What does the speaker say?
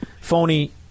phony